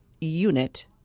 unit